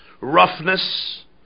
roughness